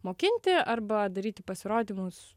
mokinti arba daryti pasirodymus